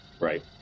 Right